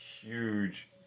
huge